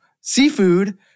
seafood